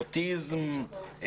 אוטיזם,